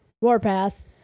Warpath